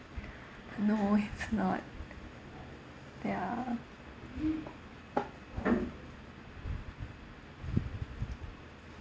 no it's not ya